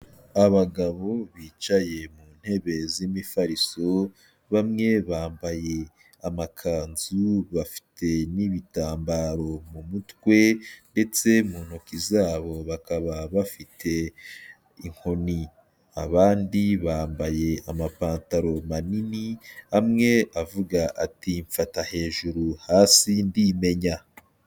Abagabo bicaye mu ntebe z'imifariso, bamwe bambaye amakanzu, bafite n'ibitambaro mu mutwe ndetse mu ntoki zabo bakaba bafite inkoni, abandi bambaye amapantaro manini, amwe avuga ati "mfata hejuru hasi ndimenya".